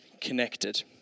connected